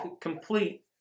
complete